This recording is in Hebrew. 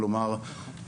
כלומר,